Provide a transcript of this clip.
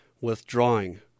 withdrawing